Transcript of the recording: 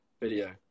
video